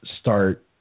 start